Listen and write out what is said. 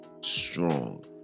strong